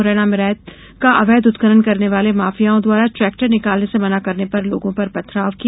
मुरैना में रेत का अवैध उत्खनन करने वाले माफियाओं द्वारा ट्रेक्टर निकालने से मना करने पर लोगों पर पथराव किया